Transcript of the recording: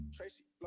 Tracy